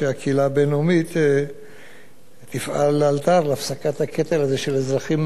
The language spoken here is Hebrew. שהקהילה הבין-לאומית תפעל לאלתר להפסקת הקטל הזה של אזרחים